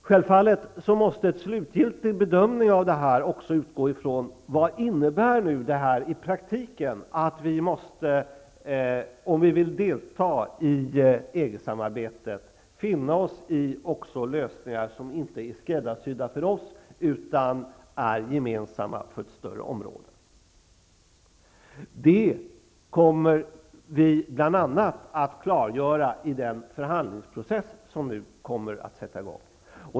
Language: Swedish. Självfallet måste en slutgiltig bedömning också utgå ifrån vad detta innebär i praktiken. Om vi vill delta i EG-samarbetet måste vi också finna oss i lösningar som inte är skräddarsydda för oss, utan som är gemensamma lösningar för ett större område. Det kommer vi bl.a. att klargöra i den förhandlingsprocess som nu kommer att sätta i gång.